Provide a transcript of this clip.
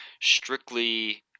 strictly